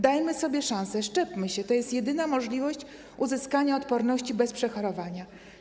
Dajmy sobie szansę, szczepmy się - to jest jedyna możliwość uzyskania odporności bez przechorowania.